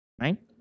Right